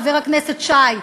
חבר הכנסת שי,